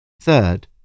Third